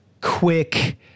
quick